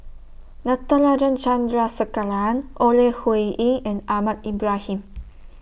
Natarajan Chandrasekaran Ore Huiying and Ahmad Ibrahim